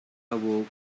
awoke